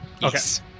Yes